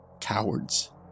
cowards